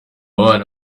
bana